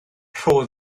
rho